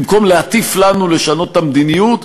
במקום להטיף לנו לשנות את המדיניות,